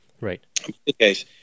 Right